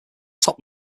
top